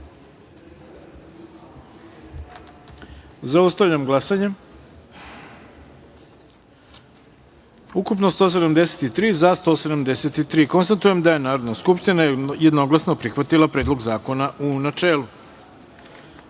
taster. Zaustavljam glasanje: Ukupno 173, za – 173.Konstatujem da je Narodna skupština jednoglasno prihvatila Predlog zakona u